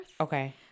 Okay